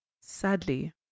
Sadly